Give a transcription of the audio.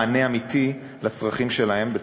מענה אמיתי לצרכים שלהם.